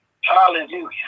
Hallelujah